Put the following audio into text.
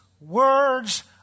words